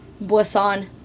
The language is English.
Boisson